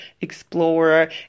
explorer